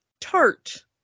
tart